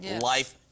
life